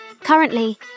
Currently